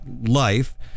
life